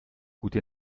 gute